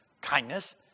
kindness